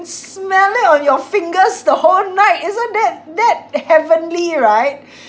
smell it on your fingers the whole night isn't that that heavenly right